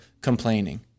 complaining